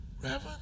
Reverend